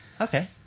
Okay